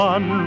One